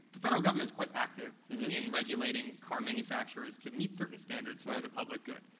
the federal government's quite active in regulating car manufacturers to meet certain standards for the public good.